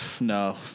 no